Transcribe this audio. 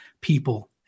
people